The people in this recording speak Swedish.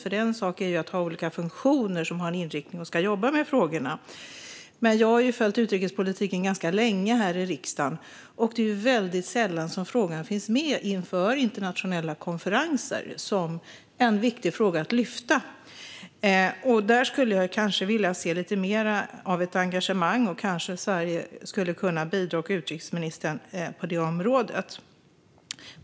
Det är ju en sak att ha olika funktioner som har en inriktning och som ska jobba med frågorna. Jag har dock följt utrikespolitiken ganska länge här i riksdagen, och det är väldigt sällan som frågan finns med inför internationella konferenser som en viktig fråga att ta upp. Där skulle jag vilja se lite mer av ett engagemang. Kanske skulle Sverige och utrikesministern kunna bidra på det området.